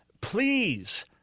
Please